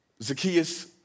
Zacchaeus